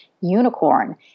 unicorn